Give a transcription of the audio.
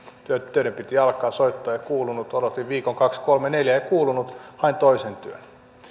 töiden piti alkaa soittoa ei kuulunut odotin viikon kaksi kolme neljä ei kuulunut hain toisen työn